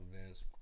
events